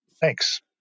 Thanks